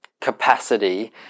capacity